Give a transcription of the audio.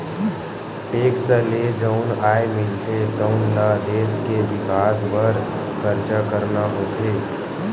tax ले जउन आय मिलथे तउन ल देस के बिकास बर खरचा करना होथे